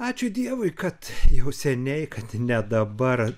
ačiū dievui kad jau seniai kad ne dabar